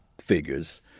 figures